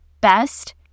best